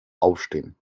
aufstehen